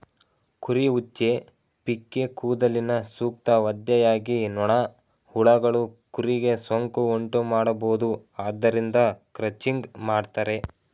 ಕುರಿ ಉಚ್ಚೆ, ಪಿಕ್ಕೇ ಕೂದಲಿನ ಸೂಕ್ತ ಒದ್ದೆಯಾಗಿ ನೊಣ, ಹುಳಗಳು ಕುರಿಗೆ ಸೋಂಕು ಉಂಟುಮಾಡಬೋದು ಆದ್ದರಿಂದ ಕ್ರಚಿಂಗ್ ಮಾಡ್ತರೆ